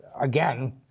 again